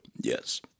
Yes